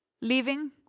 leaving